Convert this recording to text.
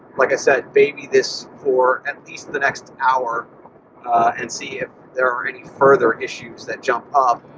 like i said, baby this for at least the next hour and see if there are any further issues that jump up.